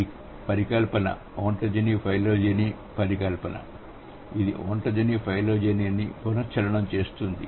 ఈ పరికల్పన ontogeny phylogeny పరికల్పన ఇది ఒంటొజెని ఫైలోజెనిని పునశ్చరణ చేస్తుంది